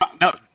No